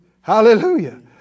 Hallelujah